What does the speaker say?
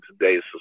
today's